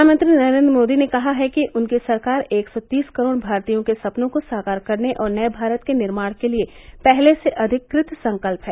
प्रधानमंत्री नरेंद्र मोदी ने कहा है कि उनकी सरकार एक सौ तीस करोड़ भारतीयों के सपनों को साकार करने और नये भारत के निर्माण के लिए पहले से अधिक कृत संकल्प है